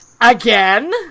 again